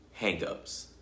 hangups